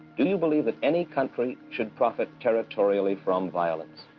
do you believe that any country should profit territorially from violence?